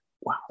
wow